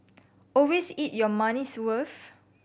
always eat your money's worth